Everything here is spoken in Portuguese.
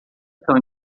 tão